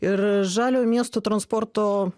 ir žalio miesto transporto